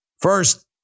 First